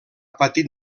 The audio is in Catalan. patit